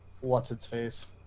what's-its-face